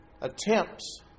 attempts